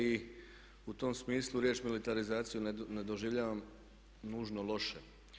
I u tom smislu riječ militarizaciju ne doživljavam nužno loše.